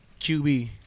QB